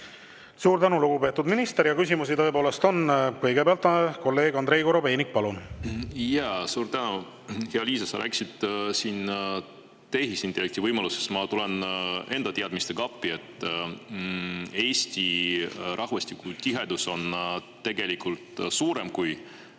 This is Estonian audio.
Suur tänu, lugupeetud minister! Küsimusi tõepoolest on. Kõigepealt kolleeg Andrei Korobeinik, palun! Suur tänu! Hea Liisa! Sa rääkisid tehisintellekti võimalustest, ma tulen enda teadmistega appi. Eesti rahvastiku tihedus on tegelikult suurem kui